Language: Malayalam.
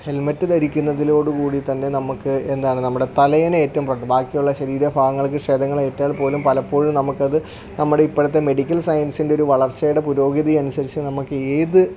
ഹെൽമെറ്റ് ധരിക്കുന്നതിനോട് കൂടി തന്നെ നമുക്ക് എന്താണ് നമ്മുടെ തലയെ ഏറ്റവും ബാക്കിയുള്ള ശരീര ഭാഗങ്ങൾക്ക് ക്ഷതങ്ങൾ ഏറ്റാൽ പോലും പലപ്പോഴും നമുക്ക് അത് നമ്മുടെ ഇപ്പഴത്തെ മെഡിക്കൽ സയൻസിൻ്റെ ഒരു വളർച്ചയുടെ പുരോഗതി അനുസരിച്ച് നമുക്ക് ഏത്